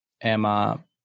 Emma